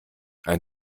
ein